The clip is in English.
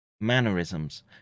mannerisms